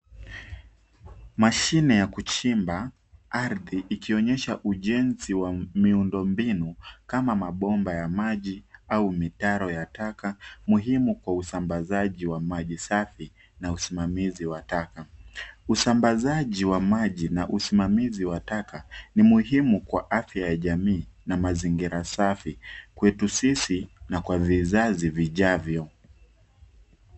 Mashine ya kuchimba ardhi ikionyesha ujenzi wa miundombinu kama mabomba ya maji au mitaro ya taka muhimu kwa usambazaji wa maji safi na usimamizi wa taka. Usambazaji wa maji na usimamizi wa taka ni muhimu kwa afya ya jamii na mazingira safi kwetu sisi na kwa vizazi vijavyo.